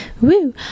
woo